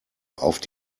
auf